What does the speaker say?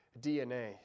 DNA